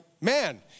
man